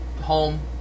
home